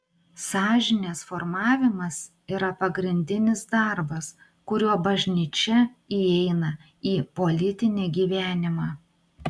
sąžinės formavimas yra pagrindinis darbas kuriuo bažnyčia įeina į politinį gyvenimą